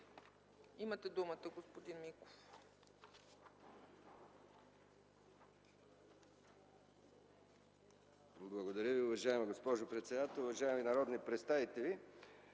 Имате думата, господин Чуколов.